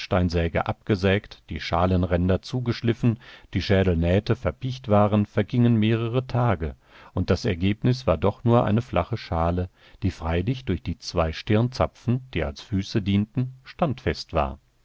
abgesägt die schalenränder zugeschliffen die schädelnähte verpicht waren vergingen mehrere tage und das ergebnis war doch nur eine flache schale die freilich durch die zwei stirnzapfen die als füße dienten standfest war